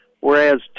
whereas